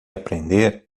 aprender